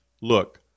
look